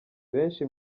benshi